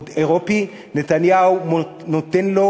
אירופי, נתניהו נותן לו